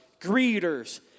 greeters